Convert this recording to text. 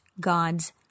God's